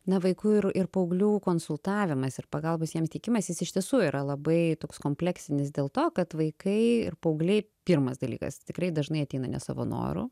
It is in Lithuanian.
na vaikų ir ir paauglių konsultavimas ir pagalbos jiems teikimas iš tiesų yra labai toks kompleksinis dėl to kad vaikai ir paaugliai pirmas dalykas tikrai dažnai ateina ne savo noru